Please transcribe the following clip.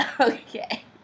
Okay